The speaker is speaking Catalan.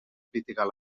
criticar